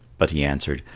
but he answered,